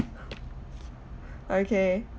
okay